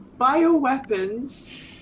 bioweapons